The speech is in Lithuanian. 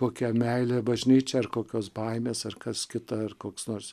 kokia meilė bažnyčiai ar kokios baimės ar kas kita ar koks nors